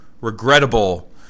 regrettable